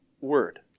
word